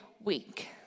week